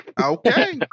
okay